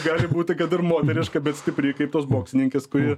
gali būti kad ir moteriška bet stipri kaip tos boksininkės kuri